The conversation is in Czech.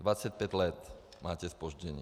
Dvacet pět let máte zpoždění.